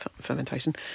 fermentation